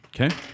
Okay